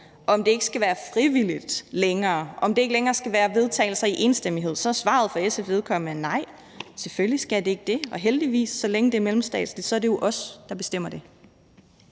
om det ikke skal være frivilligt længere, om det ikke længere skal være vedtagelser i enstemmighed – så er svaret for SF's vedkommende, at nej, selvfølgelig skal det ikke det. Og heldigvis, så længe det er mellemstatsligt, er det jo os, der bestemmer det.